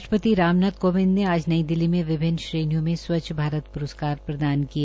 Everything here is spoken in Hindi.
राष्ट्रपति राम नाथ कोविंद ने आज नई दिल्ली में विभिन्न श्रेणियों में स्वच्छ भारत प्रस्कार प्रदानकिए